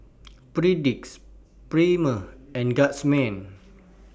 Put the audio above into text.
Perdix Premier and Guardsman